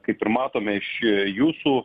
kaip ir matome iš jūsų